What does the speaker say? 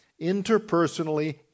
interpersonally